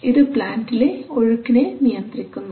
ഇത് പ്ലാന്റിലെ ഒഴുക്കിനെ നിയന്ത്രിക്കുന്നു